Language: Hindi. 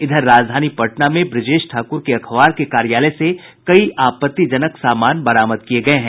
इधर राजधानी पटना में ब्रजेश ठाकुर के अखबार के कार्यालय से कई आपत्तिजनक सामान बरामद किये गये हैं